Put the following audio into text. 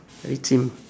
very chim